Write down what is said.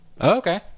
Okay